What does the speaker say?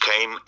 came